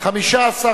נמנע?